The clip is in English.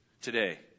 today